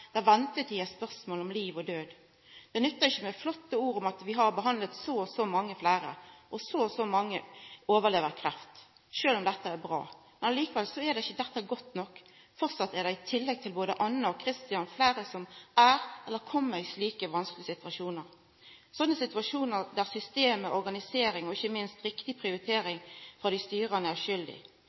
der ventetida er spørsmål om liv og død. Det nyttar ikkje med flotte ord om at vi har behandla så og så mange fleire, og at så og så mange overlever kreft, sjølv om dette er bra. Likevel er ikkje dette godt nok. Framleis er det, i tillegg til både Anna og Kristian, fleire som er, eller kjem, i slike vanskelege situasjonar – slike situasjonar som systemet, organisering og ikkje minst riktig prioritering frå dei styrande er